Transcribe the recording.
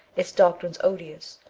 its doctrines odious,